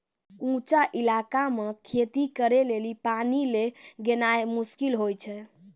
ऊंचो इलाका मे खेती करे लेली पानी लै गेनाय मुश्किल होय छै